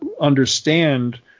understand